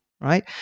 right